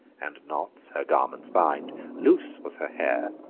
and knots her garments bind loose was her hair,